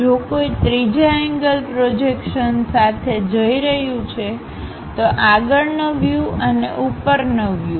જો કોઈ ત્રીજા એન્ગલ પ્રોજેક્શન સાથે જઈ રહ્યું છે તો આગળનો વ્યુઅને ઉપરનો વ્યુ